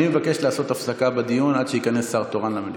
אני מבקש לעשות הפסקה בדיון עד שייכנס שר תורן למליאה.